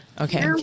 okay